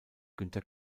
günter